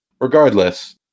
regardless